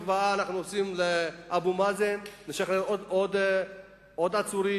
מחווה לאבו מאזן ומשחררים עוד עצורים,